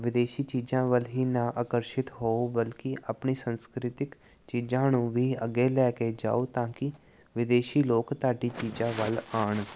ਵਿਦੇਸ਼ੀ ਚੀਜ਼ਾਂ ਵੱਲ ਹੀ ਨਾ ਆਕਰਸ਼ਿਤ ਹੋ ਬਲਕਿ ਆਪਣੀ ਸੰਸਕ੍ਰਿਤਿਕ ਚੀਜ਼ਾਂ ਨੂੰ ਵੀ ਅੱਗੇ ਲੈ ਕੇ ਜਾਓ ਤਾਂ ਕਿ ਵਿਦੇਸ਼ੀ ਲੋਕ ਤੁਹਾਡੀ ਚੀਜ਼ਾਂ ਵੱਲ ਆਉਣ